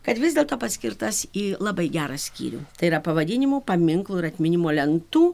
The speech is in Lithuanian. kad vis dėlto paskirtas į labai gerą skyrių tai yra pavadinimų paminklų ir atminimo lentų